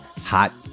hot